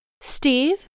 Steve